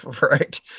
Right